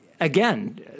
again